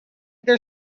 their